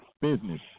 business